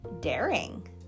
daring